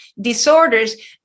disorders